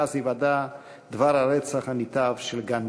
מאז היוודע דבר הרצח הנתעב של גנדי.